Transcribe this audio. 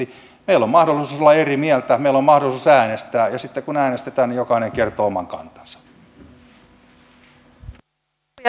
meillä on mahdollisuus olla eri mieltä meillä on mahdollisuus äänestää ja sitten kun äänestetään niin jokainen kertoo oman kantansa